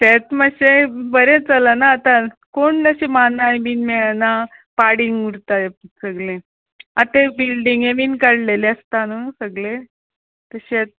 शेत मातशें बरें चलना आतां कोण अशें मानाय बीन मेळना पाडींग उरता सगलें आतां बिल्डींगे बीन काडलेले आसता न्हू सगळे शेत